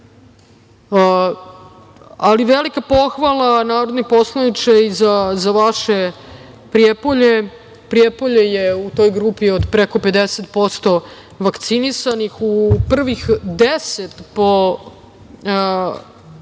Ali, velika pohvala narodni poslaniče i za vaše Prijepolje. Prijepolje je u toj grupi preko 50% vakcinisanih. U prvih 10 po